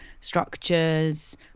structures